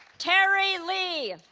terry lee